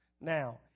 Now